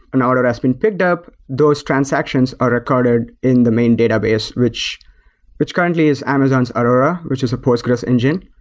an order has been picked up. those transactions are recorded in the main database, which which currently in amazon's aurora, which is a postgres engine.